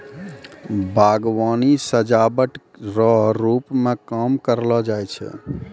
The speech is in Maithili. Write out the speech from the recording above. बागवानी सजाबट रो रुप मे काम करलो जाय छै